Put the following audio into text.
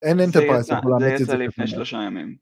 אין אנטרפרייז, זה יצא לפני שלושה ימים.